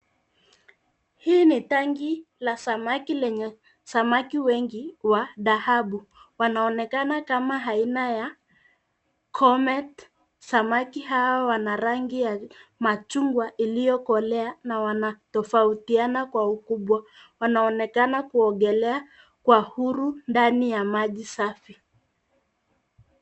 Hii ni tanki la samaki lenye samaki wengi wa dhahabu wanaonekana kama aina ya comet samaki hao wana rangi ya machungwa iliyokolea na wanatofautiana kwa ukubwa wanaonekana kuogelea kwa huru ndani ya maji safi.